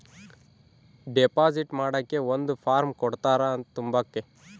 deposit ಮಾಡಕ್ಕೆ ಒಂದ್ form ಕೊಡ್ತಾರ ತುಂಬಕ್ಕೆ